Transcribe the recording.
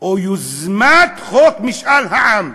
או יוזמת חוק משאל העם.